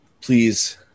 please